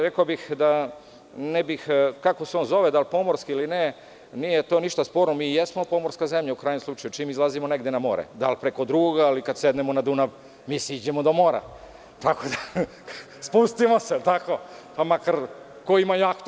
Rekao bih kako se on zove, da li pomorski ili ne, nije to ništa sporno, mi jesmo pomorska zemlja u krajnjem slučaju, čim izlazimo negde na more, da li preko drugoga, ali kada sednemo na Dunav mi siđemo do mora, spustimo, ko ima jahtu.